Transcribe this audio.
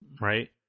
right